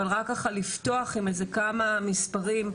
אבל רק לפתוח עם כמה מספרים: